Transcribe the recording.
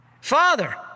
Father